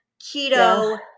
keto